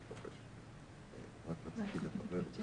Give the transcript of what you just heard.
להבין על מה מדברים.